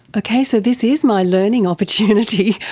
okay, so this is my learning opportunity.